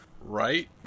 right